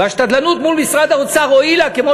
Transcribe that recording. והשתדלנות מול משרד האוצר הועילה כמו